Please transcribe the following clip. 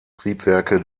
triebwerke